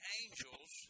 angels